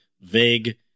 vague